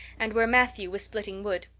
and where matthew was splitting wood.